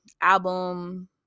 album